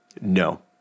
No